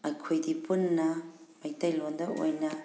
ꯑꯩꯈꯣꯏꯗꯤ ꯄꯨꯟꯅ ꯃꯩꯇꯩꯂꯣꯟꯗ ꯑꯣꯏꯅ